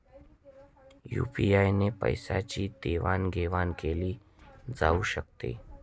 UPI ने पैशांची देवाणघेवाण केली जाऊ शकते